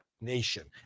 nation